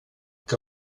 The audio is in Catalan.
que